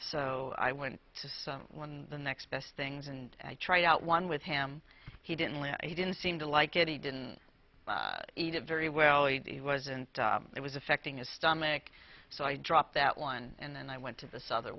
so i went to the next best things and i tried out one with him he didn't like he didn't seem to like it he didn't eat it very well he wasn't it was affecting his stomach so i dropped that one and then i went to this other